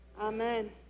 Amen